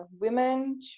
women